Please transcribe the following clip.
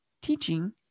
teaching